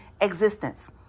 existence